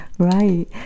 Right